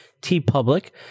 T-Public